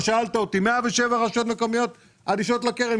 107 רשויות מקומיות אדישות לקרן,